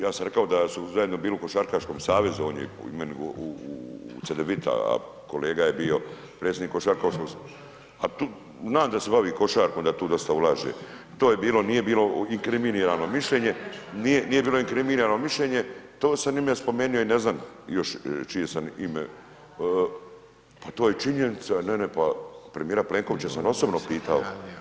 Ja sam rekao da su zajedno bili u Košarkaškom savezu, on je u Cedevita, kolega je bio predsjednik košarkaškog, znam se bavi košarkom, da tu dosta ulaže, to je bilo nije bilo inkriminirano mišljenje, nije bilo inkriminirano mišljenje, to sam njima spomenuo i ne znam još čije sam ime, pa to je činjenica, ne, ne, pa premijera Plenkovića sam osobno pitao.